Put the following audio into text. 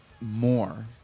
more